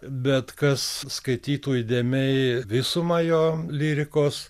bet kas skaitytų įdėmiai visumą jo lyrikos